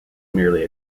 merely